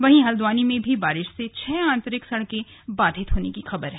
वहीं हल्द्वानी में भी बारिश से छह आंतरिक सड़कें बाधित होने की खबर है